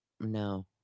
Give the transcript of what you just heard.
No